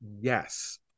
Yes